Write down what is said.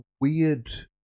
weird